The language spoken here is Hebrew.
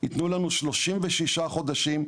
ייתנו לנו 36 חודשים.